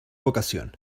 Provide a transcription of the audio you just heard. vocación